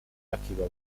akiba